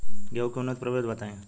गेंहू के उन्नत प्रभेद बताई?